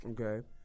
Okay